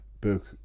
book